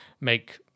make